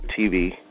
TV